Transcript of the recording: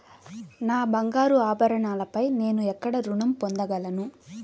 నా బంగారు ఆభరణాలపై నేను ఎక్కడ రుణం పొందగలను?